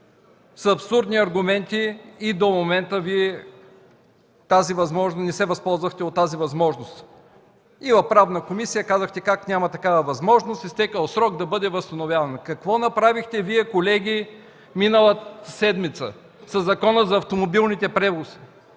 С абсурдни аргументи и до момента Вие не се възползвахте от тази възможност. В Правната комисия казахте как няма такава възможност – изтекъл срок да бъде възстановяван. Какво направихте Вие, колеги, миналата седмица със Закона за автомобилните превози?